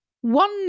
One